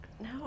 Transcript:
no